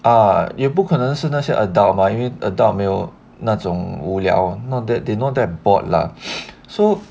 啊也不可能是那些 adult 吗 adult 没有那种无聊 not that they not that bored lah so